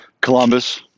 Columbus